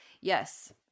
Yes